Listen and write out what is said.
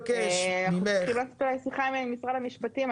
אנחנו צריכים לעשות אולי שיחה עם משרד המשפטים.